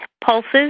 pulses